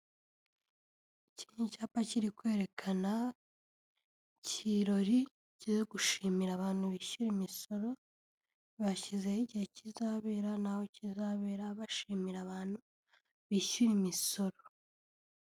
Iki ni icyapa kiri kwerekana ikirori cyo gushimira abantu bishyuye imisoro, bashyizeho igihe kizabera n'aho kizabera, bashimira abantu bishyura imisoro.